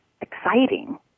exciting